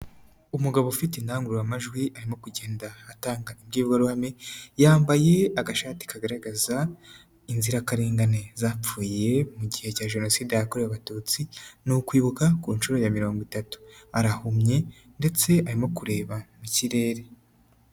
Umugabo ufite indangururamajwi, arimo kugenda atanga imbwirwaruhame, yambaye agashati kagaragaza inzirakarengane zapfuye mu gihe cya jenoside yakorewe abatutsi, n'ukwibuka ku nshuro ya mirongo itatu, arahumye ndetse arimo kureba mu kirere.